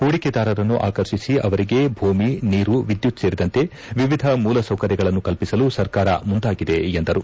ಹೂಡಿಕೆದಾರರನ್ನು ಆಕರ್ಷಿಸಿ ಅವರಿಗೆ ಭೂಮಿ ನೀರು ವಿದ್ಯುತ್ ಸೇರಿದಂತೆ ವಿವಿಧ ಮೂಲ ಸೌಕರ್ಯಗಳನ್ನು ಕಲ್ಪಿಸಲು ಸರ್ಕಾರ ಮುಂದಾಗಿದೆ ಎಂದರು